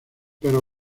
pero